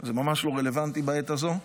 זה ממש לא רלוונטי בעת הזאת.